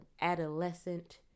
adolescent